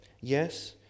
Yes